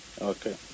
Okay